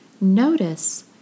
Notice